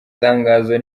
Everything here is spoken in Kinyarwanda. tangazo